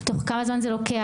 תוך כמה זמן זה לוקח?